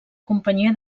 companyia